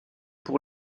pour